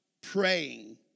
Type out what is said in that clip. praying